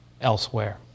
elsewhere